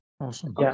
Awesome